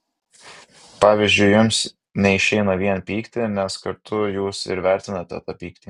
pavyzdžiui jums neišeina vien pykti nes kartu jūs ir vertinate tą pyktį